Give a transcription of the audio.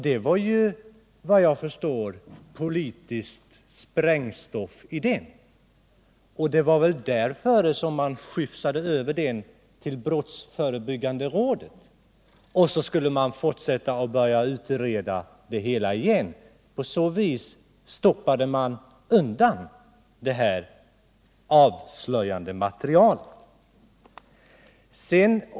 Såvitt jag förstår fanns det politiskt sprängstoff i den rapporten. Detta var väl också anledningen till att man överlämnade den till brottsförebyggande rådet, varefter man skulle utreda det hela på nytt. På så vis stoppade man undan det avslöjande materialet.